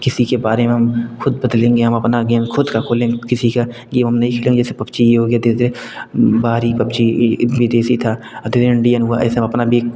किसी के बारे में हम ख़ुद बदलेंगे हम अपना गेम ख़ुद का खोलेंगे हम किसी का गेम हम नहीं खेलेंगे जैसे पबजी हो गया धीरे धीरे बाहरी पबजी विदेशी था धीरे धीरे इंडियन हुआ ऐसा हम अपना